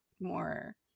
more